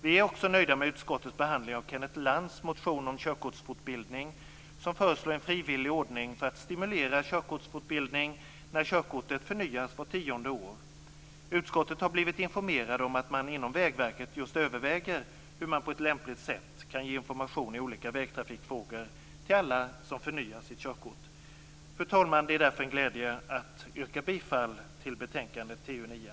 Vi är också nöjda med utskottets behandling av Kenneth Lantz motion om körkortsfortbildning som föreslår en frivillig ordning för att stimulera körkortsfortbildning när körkortet förnyas vart tionde år. Utskottet har blivit informerat om att man inom Vägverket just överväger hur man på ett lämpligt sätt kan ge information i olika vägtrafikfrågor till alla som förnyar sitt körkort. Fru talman! Det är därför en glädje att yrka bifall till hemställan i betänkande TU9.